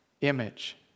image